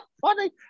funny